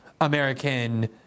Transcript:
American